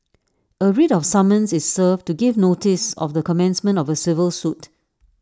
A writ of summons is served to give notice of the commencement of A civil suit